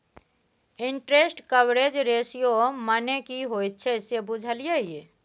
Interest coverage ratio मने की होइत छै से बुझल यै?